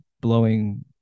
blowing